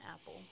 apple